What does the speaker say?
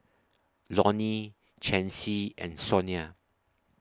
Lonny Chancey and Sonia